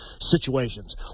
situations